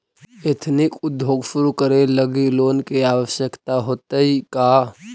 Ethnic उद्योग शुरू करे लगी लोन के आवश्यकता होतइ का?